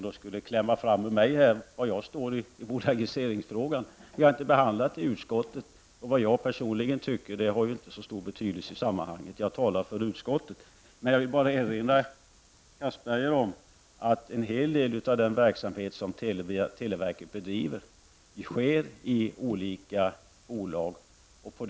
Han ville förmå mig att klämma fram var jag står i bolagiseringsfrågan. Frågan har inte behandlats i utskottet, och vad jag personligen anser har ju inte så stor betydelse, eftersom jag talar för utskottet. Jag vill dock erinra Anders Castberger om att en stor del av televerkets verksamhet bedrivs i olika bolagsformer.